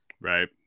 Right